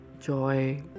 joy